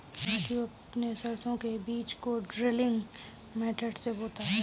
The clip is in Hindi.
राजू अपने सरसों के बीज को ड्रिलिंग मेथड से बोता है